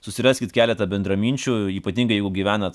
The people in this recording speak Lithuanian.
susiraskit keletą bendraminčių ypatingai jeigu gyvenat